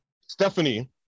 Stephanie